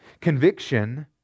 Conviction